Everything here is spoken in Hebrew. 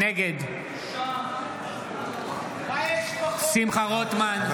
נגד שמחה רוטמן,